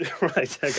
Right